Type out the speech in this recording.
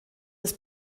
des